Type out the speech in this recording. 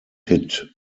hit